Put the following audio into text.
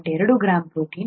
2 gram protein 3